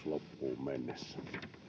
loppuun mennessä